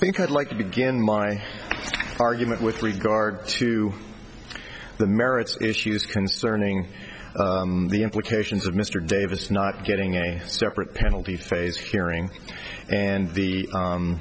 i think i'd like to begin my argument with regard to the merits issues concerning the implications of mr davis not getting a separate penalty phase hearing and the